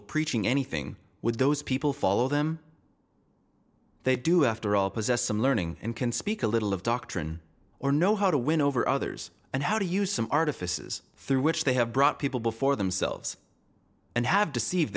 of preaching anything with those people follow them they do after all possess some learning and can speak a little of doctrine or know how to win over others and how to use some artifices through which they have brought people before themselves and have deceive